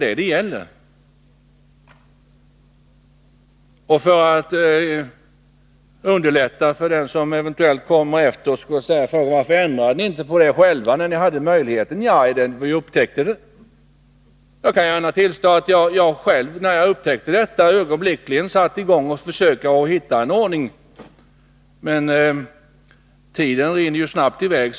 Man kan emellertid fråga sig varför den som haft möjlighet att åstadkomma en ändring inte gjorde det. När jag upptäckte hur det förhöll sig, försökte jag ögonblickligen hitta fram till en annan ordning. Men, som alla vet, rinner tiden snabbt i väg.